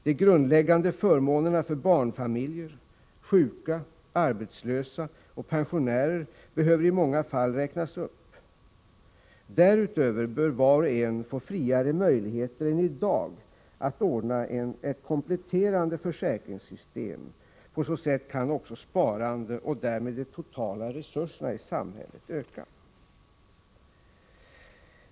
De grundläggande förmånerna för barnfamiljer, sjuka, arbetslösa och pensionärer behöver i många fall räknas upp. Därutöver bör var och en få friare möjligheter än i dag att ordna ett kompletterande försäkringssystem. På så sätt kan också sparandet och därmed de totala resurserna i samhället öka.